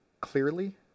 clearly